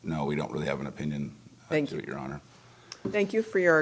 no we don't really have an opinion thank you your honor thank you for your